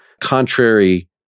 contrary